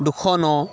দুশ ন